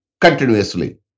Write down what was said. continuously